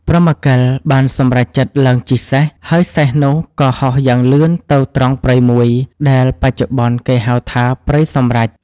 ព្រហ្មកិលបានសម្រេចចិត្តឡើងជិះសេះ ហើយសេះនោះក៏ហោះយ៉ាងលឿនទៅត្រង់ព្រៃមួយ ដែលបច្ចុប្បន្នគេហៅថា ព្រៃសម្រេច ។